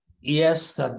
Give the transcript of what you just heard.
Yes